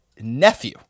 Nephew